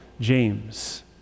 James